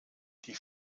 die